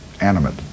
animate